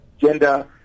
gender